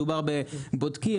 מדובר בבודקים,